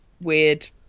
weird